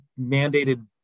mandated